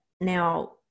Now